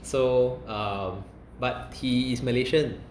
so um but he is malaysian